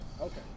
okay